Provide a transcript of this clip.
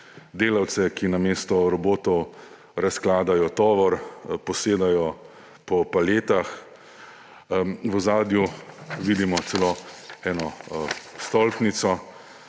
delavce, ki namesto robotov razkladajo tovor, posedajo po paletah, v ozadju vidimo celo eno stolpnico,